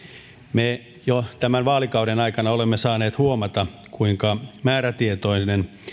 me jo tämän vaalikauden aikana olemme saaneet huomata kuinka määrätietoinen